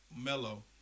Mellow